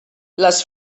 les